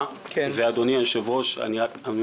ופנינו לראשי רשויות, ואנחנו